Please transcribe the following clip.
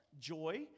joy